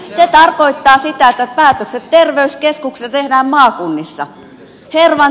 se tarkoittaa sitä että päätökset terveyskeskuksista tehdään maakunnissa